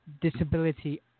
disability